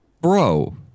bro